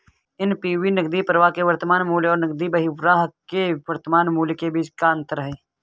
NPV नकदी प्रवाह के वर्तमान मूल्य और नकदी बहिर्वाह के वर्तमान मूल्य के बीच का अंतर है